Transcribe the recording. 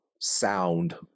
sound